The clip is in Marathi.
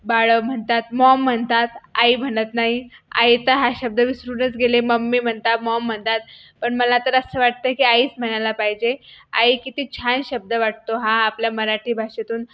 बाळं म्हणतात मॉम म्हणतात आई म्हणत नाही आई तर हा शब्द विसरूनच गेले मम्मी म्हणतात मॉम म्हणतात पण मला तर असं वाटतंय की आईच म्हणायला पाहिजे आई किती छान शब्द वाटतो हा आपल्या मराठी भाषेतून